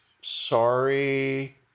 sorry